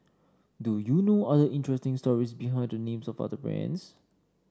do you know other interesting stories behind the names of other brands